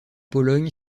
pologne